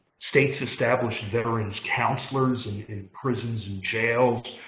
states established veterans counselors and in prisons and jails.